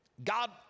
God